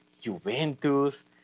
Juventus